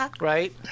Right